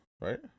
right